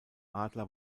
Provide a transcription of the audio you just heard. adler